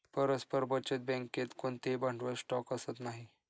परस्पर बचत बँकेत कोणतेही भांडवल स्टॉक असत नाही